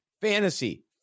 fantasy